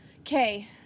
Okay